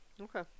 Okay